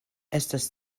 estas